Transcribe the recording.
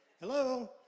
Hello